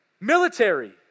Military